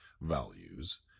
values